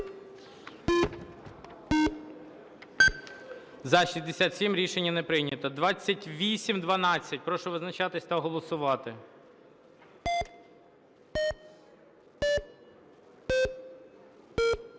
За-70 Рішення не прийнято. 2874, прошу визначатися та голосувати.